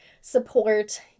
support